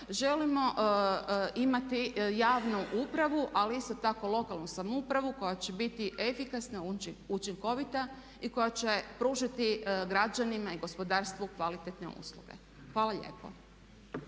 Želimo imati javnu upravu ali isto tako lokalnu samoupravu koja će biti efikasna, učinkovita i koja će pružiti građanima i gospodarstvu kvalitetne usluge. Hvala lijepo.